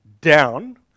down